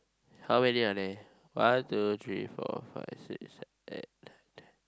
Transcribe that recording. how many are there one two three four five six seven eight nine ten